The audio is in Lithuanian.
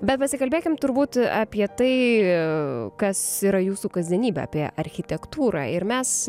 bet pasikalbėkim turbūt apie tai kas yra jūsų kasdienybė apie architektūrą ir mes